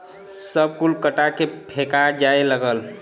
सब कुल कटा के फेका जाए लगल